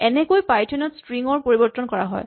এনেকৈয়ে পাইথন ত ষ্ট্ৰিং ৰ পৰিবৰ্তন কৰা হয়